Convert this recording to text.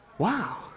wow